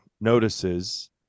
notices